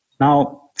Now